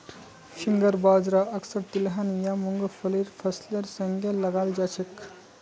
finger बाजरा अक्सर तिलहन या मुंगफलीर फसलेर संगे लगाल जाछेक